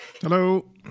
Hello